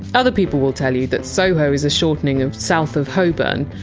other people will tell you that soho is a shortening of south of holborn,